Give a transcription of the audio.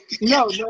No